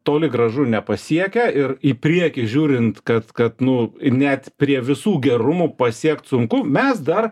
toli gražu nepasiekia ir į priekį žiūrint kad kad nu net prie visų gerumų pasiekt sunku mes dar